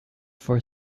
for